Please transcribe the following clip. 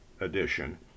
edition